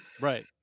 Right